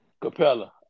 Capella